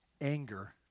anger